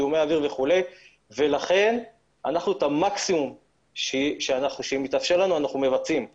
זיהומי אוויר וכן הלאה ולכן אנחנו מבצעים את המקסימום שמתאפשר לנו ויכולים